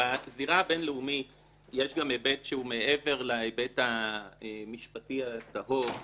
בזירה הבינלאומית יש גם היבט שהוא מעבר להיבט המשפטי הטהור,